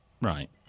Right